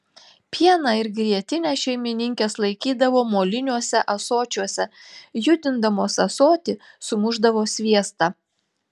pieną ir grietinę šeimininkės laikydavo moliniuose ąsočiuose judindamos ąsotį sumušdavo sviestą